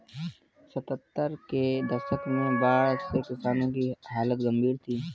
सत्तर के दशक में बाढ़ से किसानों की हालत गंभीर थी